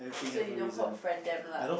so you don't confront them lah